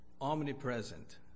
omnipresent